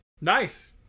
Nice